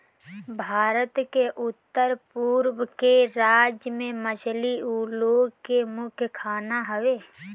भारत के उत्तर पूरब के राज्य में मछली उ लोग के मुख्य खाना हवे